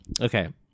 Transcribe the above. Okay